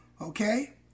okay